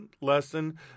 lesson